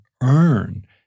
earn